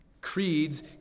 Creeds